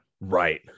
Right